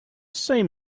seam